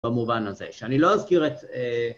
במובן הזה, שאני לא אזכיר את